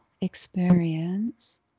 experience